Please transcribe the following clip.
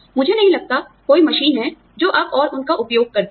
मुझे नहीं लगता कोई मशीन है जो अब और उन का उपयोग करती है